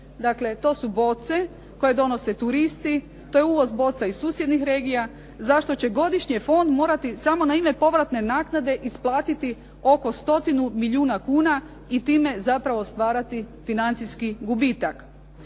Dakle, to su boce koje donose turisti, to je uvoz boca iz susjednih regija, za što će godišnje fond morati samo na ime povratne naknade isplatiti oko stotinu milijuna kuna i time zapravo stvarati financijski gubitak.